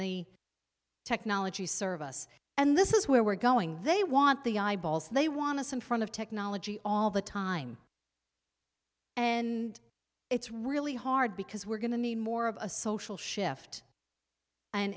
the technology serve us and this is where we're going they want the eyeballs they want us in front of technology all the time and it's really hard because we're going to need more of a social shift and